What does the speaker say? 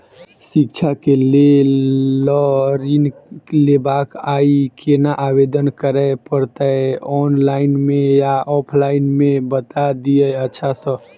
शिक्षा केँ लेल लऽ ऋण लेबाक अई केना आवेदन करै पड़तै ऑनलाइन मे या ऑफलाइन मे बता दिय अच्छा सऽ?